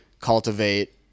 cultivate